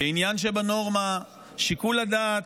כעניין שבנורמה, שיקול הדעת,